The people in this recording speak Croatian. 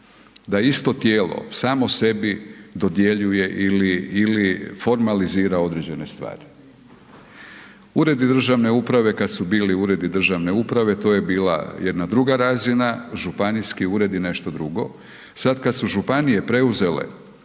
da isto tijelo samo sebi dodjeljuje ili formalizira određene stvari. Uredi državne uprave kad su bili uredi državne uprave, to je bila jedna druga razina, županijski ured je nešto drugo, sad kad su županije preuzele